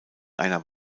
einer